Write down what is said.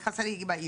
היגיון.